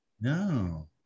No